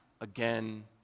again